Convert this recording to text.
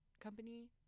company